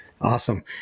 Awesome